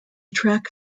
track